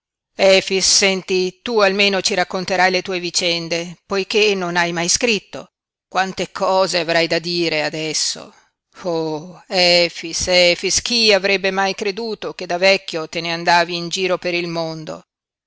interrotto efix senti tu almeno ci racconterai le tue vicende poiché non hai mai scritto quante cose avrai da dire adesso oh efix efix chi avrebbe mai creduto che da vecchio te ne andavi in giro per il mondo